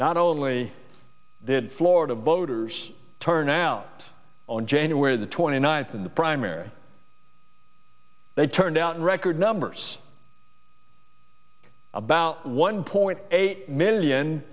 not only did florida voters turn out on january the twenty ninth in the primary they turned out in record numbers about one point eight million